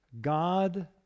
God